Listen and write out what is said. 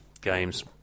games